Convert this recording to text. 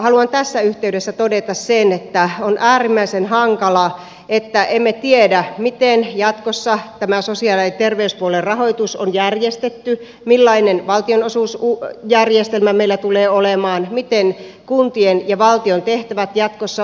haluan tässä yhteydessä todeta sen että on äärimmäisen hankalaa että emme tiedä miten jatkossa tämä sosiaali ja terveyspuolen rahoitus on järjestetty millainen valtionosuusjärjestelmä meillä tulee olemaan miten kuntien ja valtion tehtävät jatkossa ovat